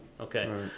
okay